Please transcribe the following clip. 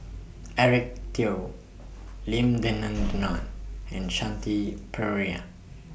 Eric Teo Lim Denan Denon and Shanti Pereira